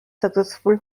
successful